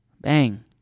Bang